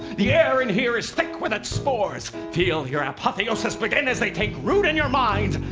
the air in here is thick with its spores, feel your apotheosis begin as they take root in your mind!